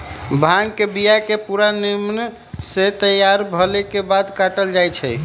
भांग के बिया के पूरा निम्मन से तैयार भेलाके बाद काटल जाइ छै